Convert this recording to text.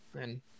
and-